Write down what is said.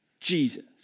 Jesus